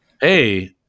hey